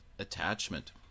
attachment